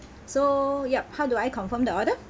so yup how do I confirm the order